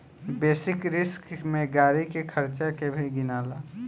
basic risk में गाड़ी के खर्चा के भी गिनाला